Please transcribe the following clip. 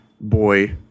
boy